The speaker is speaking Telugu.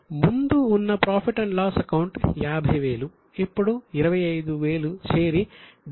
కాబట్టి ముందు ఉన్న ప్రాఫిట్ అండ్ లాస్ అకౌంట్ 50000 ఇప్పుడు 25000 చేరి 75000గా మారింది